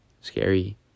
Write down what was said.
scary